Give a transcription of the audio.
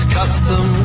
custom